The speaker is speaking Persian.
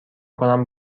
کنم